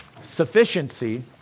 sufficiency